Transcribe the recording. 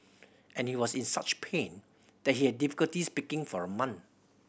and he was in such pain that he had difficulty speaking for a month